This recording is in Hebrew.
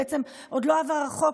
עוד לא עבר החוק,